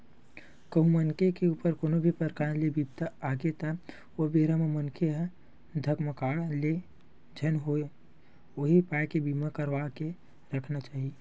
कहूँ मनखे के ऊपर कोनो भी परकार ले बिपदा आगे त ओ बेरा म मनखे ह धकमाकत ले झन होवय उही पाय के बीमा करवा के रखना चाही